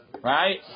right